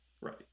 Right